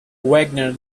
wagner